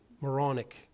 moronic